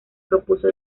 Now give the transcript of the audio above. propuso